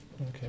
Okay